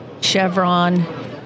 Chevron